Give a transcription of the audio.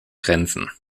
grenzen